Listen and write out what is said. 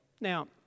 Now